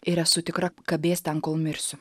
ir esu tikra kabės ten kol mirsiu